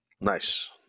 Nice